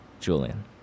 julian